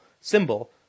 symbol